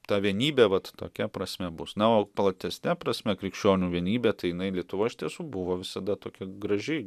ta vienybė vat tokia prasme bus na o platesne prasme krikščionių vienybė tai jinai lietuvoj iš tiesų buvo visada tokia graži